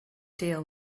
deal